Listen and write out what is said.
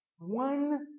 One